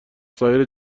سایر